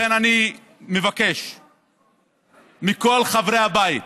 לכן אני מבקש מכל חברי הבית